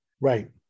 Right